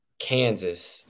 Kansas